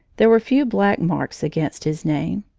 there were few black marks against his name.